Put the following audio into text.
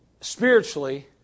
spiritually